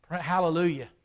hallelujah